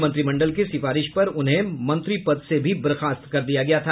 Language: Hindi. मंत्रिमंडल की सिफारिश पर उन्हें मंत्री पद से भी बर्खास्त कर दिया गया था